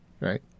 right